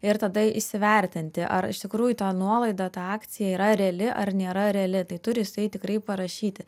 ir tada įsivertinti ar iš tikrųjų ta nuolaida ta akcija yra reali ar nėra reali tai turi jisai tikrai parašyti